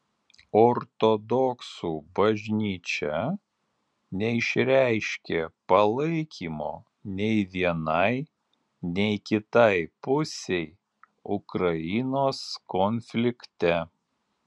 ortodoksų bažnyčia neišreiškė palaikymo nei vienai nei kitai pusei ukrainos konflikte